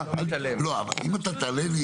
אין עכשיו,